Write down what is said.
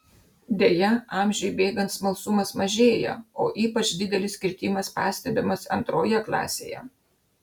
deja amžiui bėgant smalsumas mažėja o ypač didelis kritimas pastebimas antroje klasėje